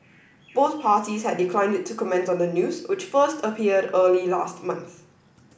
both parties had declined to comment on the news which first appeared early last month